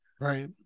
Right